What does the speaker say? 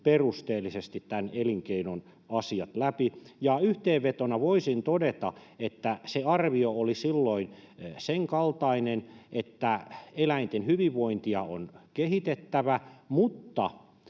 perusteellisesti tämän elinkeinon asiat läpi. Yhteenvetona voisin todeta, että se arvio oli silloin sen kaltainen, että eläinten hyvinvointia on kehitettävä, mutta